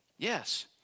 Yes